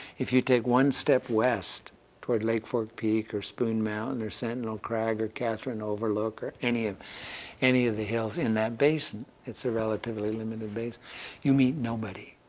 if you take one step west toward lake fort peak, or spoon mountain, or sentinel crag, or katherine overlook, or any of any of the hills in that basin it's a relatively limited basin you meet nobody.